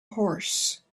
horse